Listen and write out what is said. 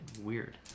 Weird